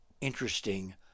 interesting